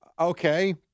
Okay